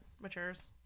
matures